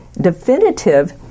definitive